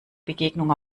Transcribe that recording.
begegnung